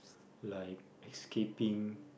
like escaping